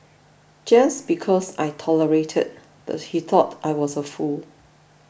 just because I tolerated the he thought I was a fool